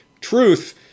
Truth